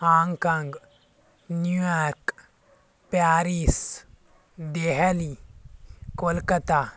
Hong Kong New York Paris Delhi Kolkata